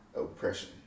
oppression